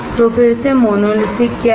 तो फिर से मोनोलिथिक क्या है